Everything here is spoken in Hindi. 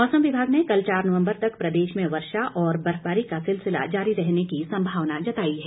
मौसम विभाग ने कल चार नवम्बर तक प्रदेश में वर्षा और बर्फबारी का सिलसिला जारी रहने की संभावना जताई है